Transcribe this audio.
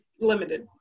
limited